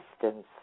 distance